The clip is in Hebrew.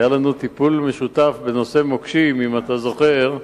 היה לנו טיפול משותף בנושא המוקשים, אם אתה זוכר,